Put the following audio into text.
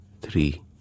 three